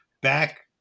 back